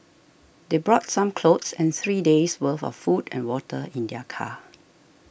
they brought some clothes and three days' worth of food and water in their car